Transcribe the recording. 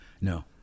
No